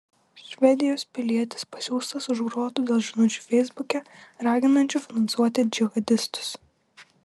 švedijos pilietis pasiųstas už grotų dėl žinučių feisbuke raginančių finansuoti džihadistus